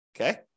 Okay